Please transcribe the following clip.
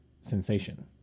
sensation